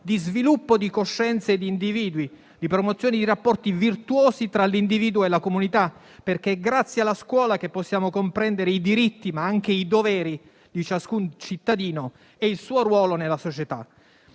di sviluppo di coscienze di individui, di promozione di rapporti virtuosi tra l'individuo e la comunità, perché è grazie alla scuola che possiamo comprendere i diritti, ma anche i doveri di ciascun cittadino e il suo ruolo nella società.